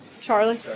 Charlie